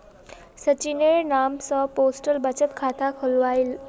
सचिनेर नाम स पोस्टल बचत खाता खुलवइ ले